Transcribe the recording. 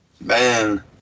Man